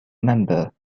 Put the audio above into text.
member